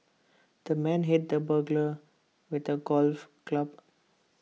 the man hit the burglar with A golf club